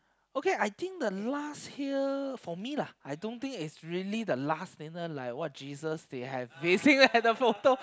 okay I think the last here for me lah I don't think is really the last then later what Jesus they have they say like the photo